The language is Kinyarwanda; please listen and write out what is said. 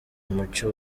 umucyo